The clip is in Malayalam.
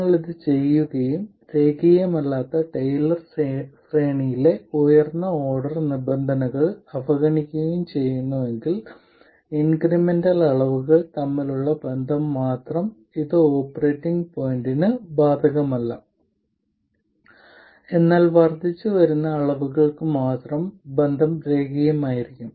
നിങ്ങൾ ഇത് ചെയ്യുകയും രേഖീയമല്ലാത്ത ടെയ്ലർ ശ്രേണിയിലെ ഉയർന്ന ഓർഡർ നിബന്ധനകൾ അവഗണിക്കുകയും ചെയ്യുന്നുവെങ്കിൽ ഇൻക്രിമെന്റൽ അളവുകൾ തമ്മിലുള്ള ബന്ധം മാത്രം ഇത് ഓപ്പറേറ്റിംഗ് പോയിന്റിന് ബാധകമല്ല എന്നാൽ വർദ്ധിച്ചുവരുന്ന അളവുകൾക്ക് മാത്രം ബന്ധം രേഖീയമായിരിക്കും